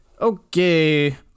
Okay